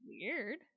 Weird